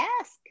ask